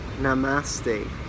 Namaste